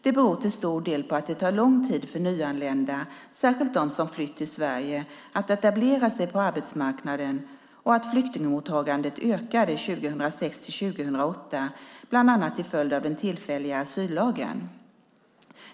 Det beror till stor del på att det tar lång tid för nyanlända, särskilt dem som flytt till Sverige, att etablera sig på arbetsmarknaden och att flyktingmottagandet ökade 2006-2008, bland annat till följd av den tillfälliga asyllagen.